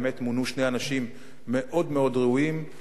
באמת מונו שני אנשים מאוד מאוד ראויים,